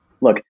look